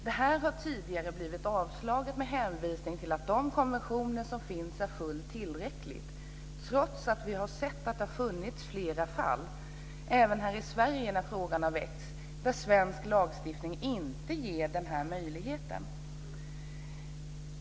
Detta förslag har tidigare blivit avslaget med hänvisning till att de konventioner som finns är fullt tillräckliga, trots att vi har sett att det har funnits flera fall även här i Sverige när frågan har väckts där svensk lagstiftning inte ger denna möjlighet.